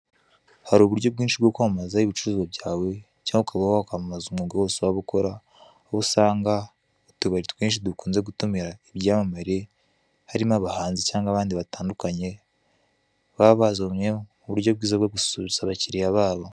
Hari uburyo bwinshi bwo kwamamaza ibicuruzwa byawe cyangwa ukaba wakwamamaza umwuga wose waba ukora; aho usanga utubari twinshi dukunze gutumira abahanzi cyangwa abandi batandukanye, baba bazanye uburyo bwiza bwo gususurutsa abakiriya babo.